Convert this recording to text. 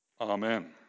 Amen